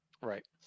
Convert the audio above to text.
Right